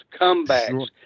comebacks